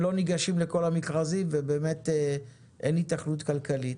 שלא ניגשים לכל המכרזים ובאמת אין היתכנות כלכלית.